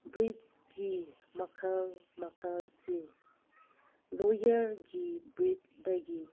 ꯕ꯭ꯔꯤꯠꯁꯀꯤ ꯃꯈꯜ ꯃꯈꯜꯁꯤ ꯂꯣꯌꯔꯒꯤ ꯕ꯭ꯔꯤꯠꯇꯒꯤ